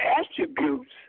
attributes